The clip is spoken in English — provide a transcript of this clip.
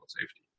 safety